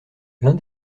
l’un